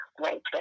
right